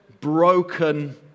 broken